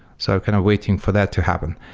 so kind of waiting for that to happen.